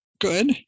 good